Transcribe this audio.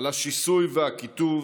על השיסוי והקיטוב